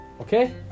Okay